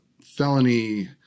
felony